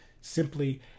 simply